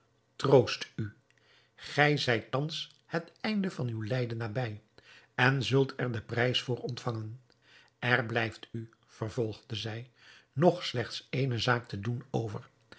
troost u gij zijt thans het einde van uw lijden nabij en zult er den prijs voor ontvangen er blijft u vervolgde zij nog slechts eene zaak te doen over